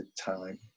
time